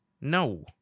No